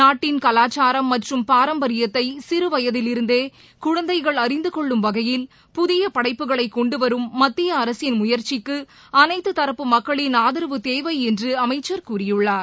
நாட்டின் கவாச்சாரம் மற்றும் பாரம்பரியத்தை சிறுவயத்தில் இருந்தே குழந்தைகள் அறிந்து கொள்ளும் வகையில் புதிய படைப்புகளை கொண்டுவரும் மத்திய அரசின் முயற்சிக்கு அனைத்து தரப்பு மக்களின் ஆதரவு தேவை அமைச்சர் கூறியுள்ளார்